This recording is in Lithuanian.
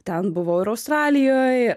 ten buvau ir australijoj